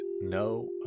no